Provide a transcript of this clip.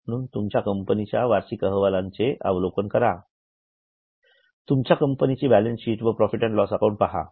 म्हणून तुमच्या कंपनीच्या वार्षिक अहवालाचे अवलोकन करा तुमच्या कंपनीची बॅलन्सशिट व प्रॉफिट अँड लॉस अकाउंट पहा